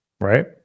right